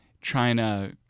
China